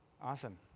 Awesome